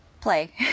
play